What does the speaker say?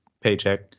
paycheck